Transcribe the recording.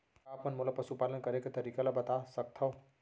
का आप मन मोला पशुपालन करे के तरीका ल बता सकथव?